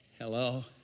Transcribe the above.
Hello